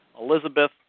Elizabeth